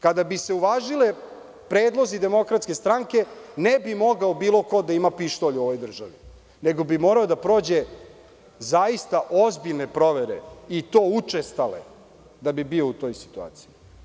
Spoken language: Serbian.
Kada bi se uvažili predlozi DS, ne bi mogao bilo ko da ima pištolj u ovoj državi, nego bi morao da prođe zaista ozbiljne provere i to učestale, da bi bio u toj situaciji.